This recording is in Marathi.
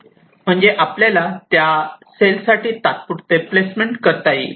म्हणजे आपल्याला त्या सेल साठी तात्पुरते प्लेसमेंट करता येईल